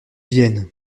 viennent